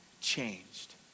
changed